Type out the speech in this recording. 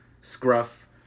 scruff